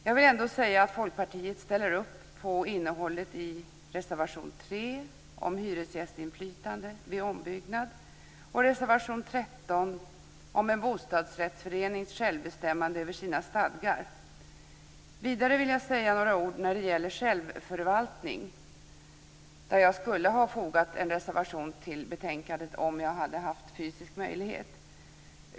Jag vill ändå säga att Folkpartiet ställer upp på innehållet i reservation 3 om hyresgästinflytande vid ombyggnad och i reservation 13 om en bostadsrättsförenings självbestämmande över sina stadgar. Vidare vill jag säga några ord om självförvaltning. Här skulle jag ha fogat en reservation till betänkandet om jag hade haft fysisk möjlighet att göra det.